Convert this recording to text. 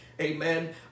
Amen